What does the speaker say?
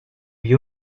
lui